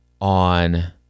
on